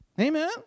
Amen